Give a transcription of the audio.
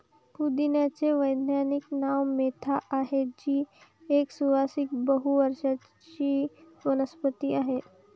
पुदिन्याचे वैज्ञानिक नाव मेंथा आहे, जी एक सुवासिक बहु वर्षाची वनस्पती आहे